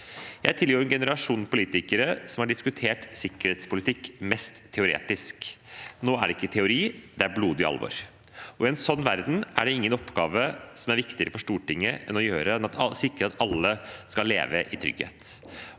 Jeg tilhører den generasjonen politikere som har diskutert sikkerhetspolitikk mest teoretisk. Nå er det ikke teori; det er blodig alvor. I en sånn verden er det ingen oppgave som er viktigere for Stortinget å enn å sikre at alle skal leve i trygghet.